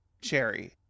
cherry